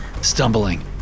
Stumbling